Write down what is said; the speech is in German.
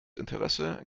interesse